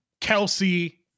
Kelsey